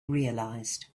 realized